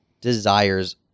desires